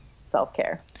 self-care